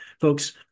folks